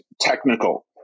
technical